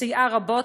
סייעה רבות,